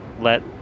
let